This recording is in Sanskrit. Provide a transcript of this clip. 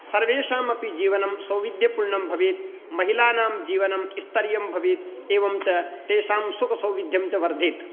सर्वेषामपि जीवनं सौविध्यपूर्णं भवेत् महिलानां जीवनं स्तरीयं भवेत् एवञ्च तेषां सुखसौविध्यञ्च वर्धेत